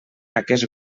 aquests